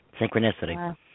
Synchronicity